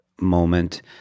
moment